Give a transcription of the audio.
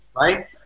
right